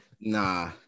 Nah